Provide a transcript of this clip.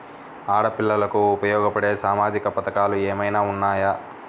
ఆడపిల్లలకు ఉపయోగపడే సామాజిక పథకాలు ఏమైనా ఉన్నాయా?